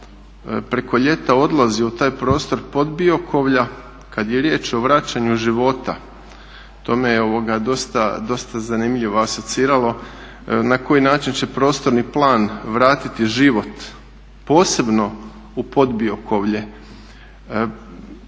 preko ljeta odlazio u taj prostor Podbiokovlja, kada je riječ o vraćanju života to me dosta zanimljivo asociralo na koji način će prostorni plan vratiti život, posebno u Podbiokovlje.